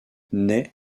naît